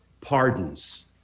pardons